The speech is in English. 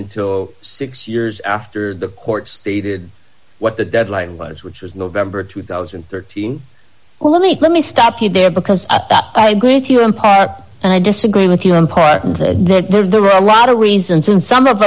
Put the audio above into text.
until six years after the court stated what the deadline was which was november two thousand and thirteen well let me let me stop you there because i agree with you in part i disagree with you in part and said that there are a lot of reasons and some of